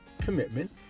commitment